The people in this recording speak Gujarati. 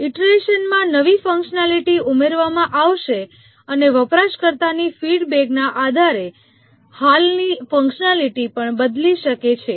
ઇટરેશનમાં નવી ફંકશનાલિટી ઉમેરવામાં આવશે અને વપરાશકર્તાની ફીડબેકના આધારે હાલની ફંકશનાલિટી પણ બદલી શકે છે